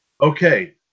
Okay